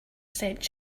sent